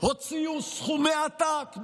הוציאו סכומי עתק.